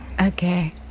Okay